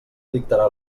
dictarà